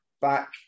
back